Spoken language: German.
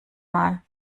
mal